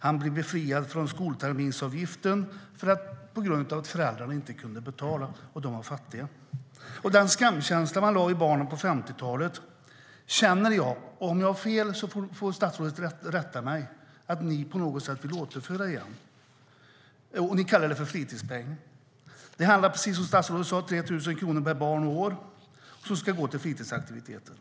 Han blev befriad från skolterminsavgiften på grund av att föräldrarna inte kunde betala eftersom de var fattiga. Den skamkänsla man lade på barnen på 50-talet känner jag - om jag har fel får statsrådet rätta mig - att ni på något sätt vill återföra igen. Ni kallar det för fritidspeng. Det handlar, precis som statsrådet sade, om 3 000 kronor per barn och år som ska gå till fritidsaktiviteten.